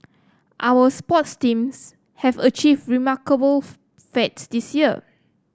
our sports teams have achieved remarkable feats this year